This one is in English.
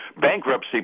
Bankruptcy